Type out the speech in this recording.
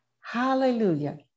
Hallelujah